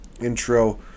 intro